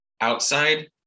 Outside